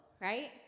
right